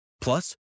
Plus